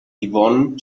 yvonne